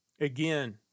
Again